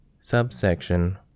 Subsection